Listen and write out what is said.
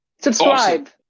Subscribe